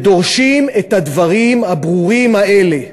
כאן, ודורשים את הדברים הברורים האלה.